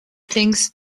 things